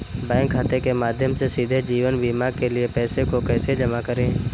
Bank खाते के माध्यम से सीधे जीवन बीमा के लिए पैसे को कैसे जमा करें?